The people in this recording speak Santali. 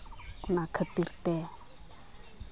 ᱚᱱᱟ ᱠᱷᱟᱹᱛᱤᱨ ᱛᱮ